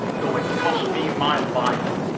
though it cost me my life.